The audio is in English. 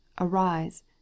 ARISE